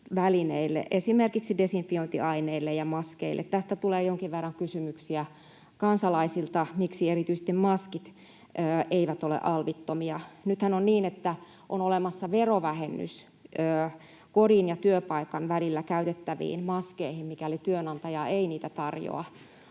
välineille, esimerkiksi desinfiointiaineille ja maskeille. Tästä tulee jonkin verran kysymyksiä kansalaisilta, erityisesti siitä, miksi maskit eivät ole alvittomia. Nythän on niin, että on olemassa verovähennys kodin ja työpaikan välillä käytettäviin maskeihin, mikäli työnantaja ei niitä tarjoa,